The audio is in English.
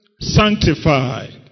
Sanctified